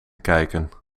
kijken